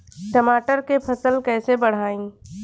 टमाटर के फ़सल कैसे बढ़ाई?